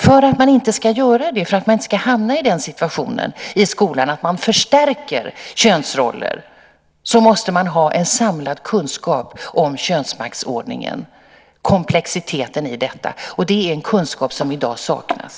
För att man inte ska hamna i den situationen i skolan att man förstärker könsroller måste man ha en samlad kunskap om könsmaktsordningen, komplexiteten i detta. Det är en kunskap som i dag saknas.